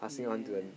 yeah